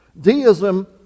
Deism